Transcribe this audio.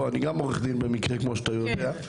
אני גם עורך דין במקרה, כמו שאתה יודע.